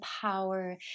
power